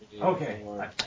Okay